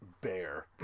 bear